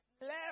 left